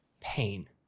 pain